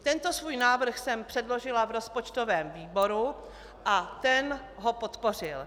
Tento svůj návrh jsem předložila v rozpočtovém výboru a ten ho podpořil.